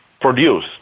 produce